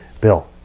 Bill